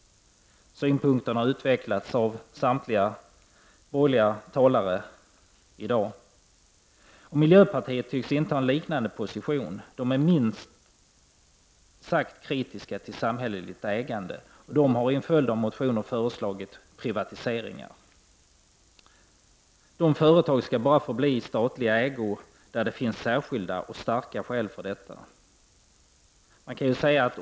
Synpunkterna har utvecklats av samtliga borgerliga talare i dag. Miljöpartiet tycks inta en liknande position. Man är milt sagt kritiskt till samhälleligt ägande och har i en följd av motioner föreslagit privatisering av statliga företag. Dessa företag skall bara förbli i statlig ägo om det finns särskilt starka skäl för detta.